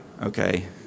okay